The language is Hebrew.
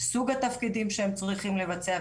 סוג התפקידים שהם צריכים לבצע,